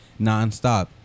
nonstop